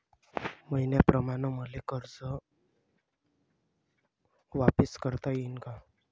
मईन्याप्रमाणं मले कर्ज वापिस करता येईन का?